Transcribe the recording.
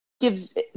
gives